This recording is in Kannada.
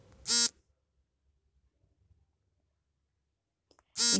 ಇಂಟರ್ನೆಟ್ ಬ್ಯಾಂಕಿಂಗ್ ಮೂಲಕ ನಮ್ಮ ಎ.ಟಿ.ಎಂ ಕಾರ್ಡನ್ನು ಬ್ಲಾಕ್ ಮಾಡಬೊದು